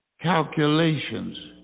calculations